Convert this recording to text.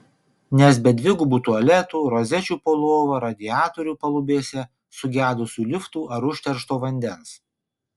nes be dvigubų tualetų rozečių po lova radiatorių palubėse sugedusių liftų ar užteršto vandens